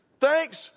thanks